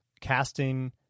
casting